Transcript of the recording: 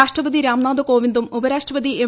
രഷ്ട്രപതി രാംനാഥ് കോവിന്ദും ഉപരാഷ്ട്രപതി എം